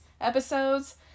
episodes